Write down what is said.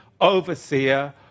overseer